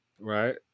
right